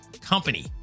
company